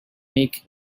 make